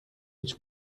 هیچ